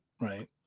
Right